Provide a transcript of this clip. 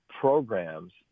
programs